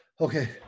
okay